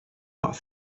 not